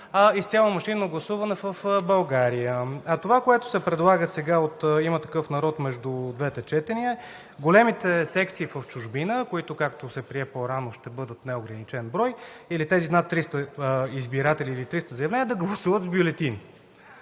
изцяло машинно гласуване в България. а това, което се предлага сега от „Има такъв народ“ между двете четения – големите секции в чужбина, които, както се прие по-рано, ще бъдат неограничен брой или тези над 300 избиратели или 300 заявления, да гласуват с бюлетини.